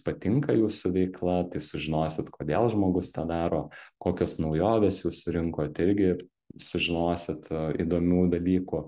patinka jūsų veikla tai sužinosit kodėl žmogus tą daro kokios naujovės jūsų rinkoj tai irgi sužinosit įdomių dalykų